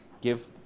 give